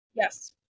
Yes